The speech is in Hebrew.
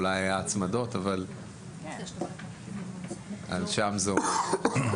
אולי היו הצמדות, אבל שם זה עומד.